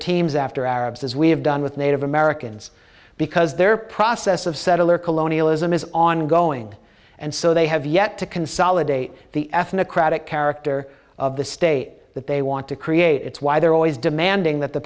teams after arabs as we have done with native americans because their process of settler colonialism is ongoing and so they have yet to consolidate the ethnic craddick character of the state that they want to create it's why they're always demanding that the